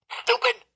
stupid